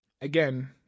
Again